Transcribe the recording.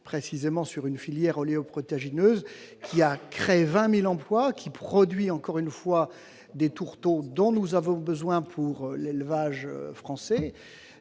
précisément de la filière oléoprotéagineuse, qui a créé 20 000 emplois et qui produit, je le répète, des tourteaux dont nous avons besoin pour l'élevage français.